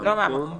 לא, לא מהמקום הזה.